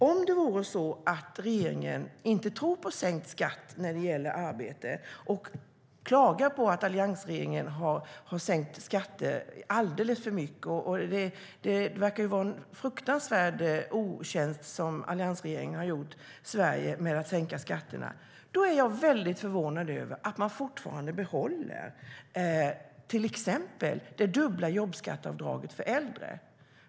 Om regeringen inte tror på sänkt skatt för arbete och klagar på att alliansregeringen sänkte skatterna alldeles för mycket - alliansregeringen verkar ha gjort Sverige en fruktansvärd otjänst genom att sänka skatterna - förvånar det mig mycket att man behåller till exempel det dubbla jobbskatteavdraget för äldre.